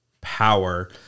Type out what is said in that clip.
power